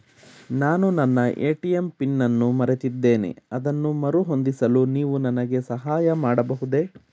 ನಾನು ನನ್ನ ATM pin ಅನ್ನು ಮರೆತಿದ್ದೇನೆ ಅದನ್ನು ಮರುಹೊಂದಿಸಲು ನೀವು ನನಗೆ ಸಹಾಯ ಮಾಡಬಹುದೇ?